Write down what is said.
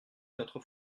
notre